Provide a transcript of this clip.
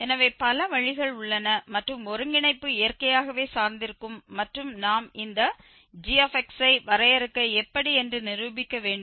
எனவே பல வழிகள் உள்ளன மற்றும் ஒருங்கிணைப்பு இயற்கையாகவே சார்ந்திருக்கும் மற்றும் நாம் இந்த g ஐ வரையறுக்க எப்படி என்று நிரூபிக்க வேண்டும்